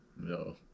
No